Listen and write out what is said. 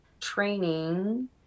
training